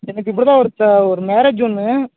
எனக்கு ஒரு மேரேஜ் ஒன்று